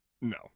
No